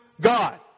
God